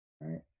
right